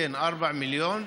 4 מיליון,